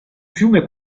fiume